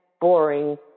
boring